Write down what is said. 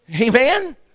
Amen